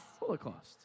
Holocaust